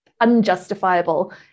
unjustifiable